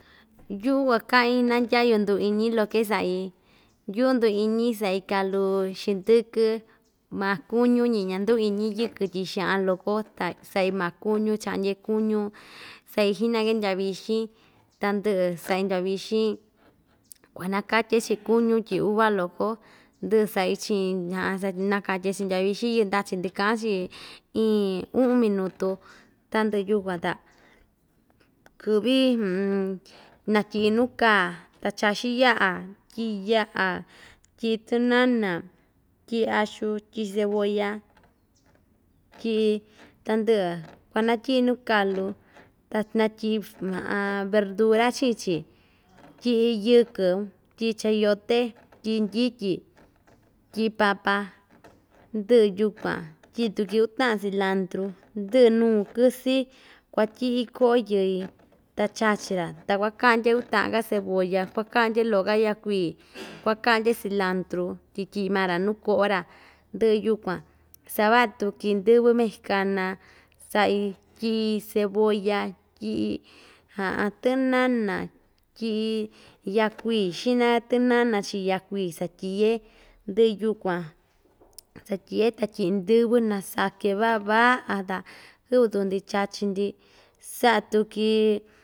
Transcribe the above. Yuꞌu kuakaꞌin naa ndyayu nduu iñi loke saꞌi yuꞌu nduu iñi saꞌi kalu xindɨkɨ maa kuñu‑ñi ñanduu iñi yɨkɨ tyi xaꞌan loko ta saꞌi maa kuñu chaꞌndye kuñu saꞌi xiꞌnake ndyavixin ta ndɨꞌɨ saꞌi ndyaviñin kunakatye chii kuñu tyi uva loko ndɨꞌɨ saꞌi chiꞌin saty nakatye chiꞌin ndyavixin yɨndachi ndɨkaꞌan‑chi iin uꞌun minutu tandɨꞌɨ yukuan ta kɨꞌvɨ natyiꞌi nuu kaa ta chaxin yaꞌa tyiꞌi yaꞌa tyiꞌi tɨnana tyiꞌi axu tyiꞌi cebolla tyiꞌi tandɨꞌɨ kuanatyiꞌi nuu kalu tat natyiꞌi fr verdura chiꞌin chi tyiꞌi yɨkɨn un tyiꞌi chayote tyiꞌi ndyityi tyiꞌi papa ndɨꞌɨ yukuan tyiꞌi tuki uu taꞌan cilantru ndɨꞌɨ nuu kɨsɨ kuatyiꞌi koꞌo yɨi ta chachi‑ra ta kuakaꞌndya uu taꞌan‑ka cebolla kuakaꞌndye loꞌo‑ka yakui kuakaꞌndye cilantru tyi kɨꞌɨ maa‑ra nuu koꞌo‑ra ndɨꞌɨ yukuan savaꞌa tuki ndɨvɨ mexicana saꞌi tyiꞌi cebolla tyiꞌi tɨnana tyiꞌi yakuii xiꞌnaka tɨnana chiꞌin yakui satyiꞌye ndɨꞌɨ yukuan satyiꞌye ta tyiꞌi ndɨvɨ nasake vaꞌa vꞌa ta kɨꞌvɨ tuku‑ndi chachi‑ndi saꞌa tuki.